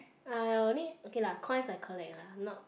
ya ya only okay lah coin I collect lah not